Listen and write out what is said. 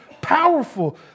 powerful